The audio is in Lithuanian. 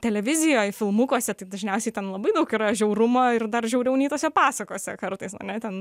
televizijoj filmukuose tai dažniausiai ten labai daug yra žiaurumo ir dar žiauriau nei tose pasakose kartais ane ten